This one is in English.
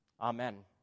Amen